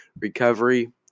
Recovery